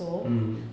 mm